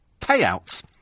payouts